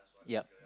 yup